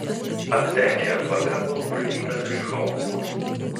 ant trečiojo tvarka buvo nubraižyta virš chaoso